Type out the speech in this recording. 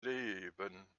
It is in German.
leben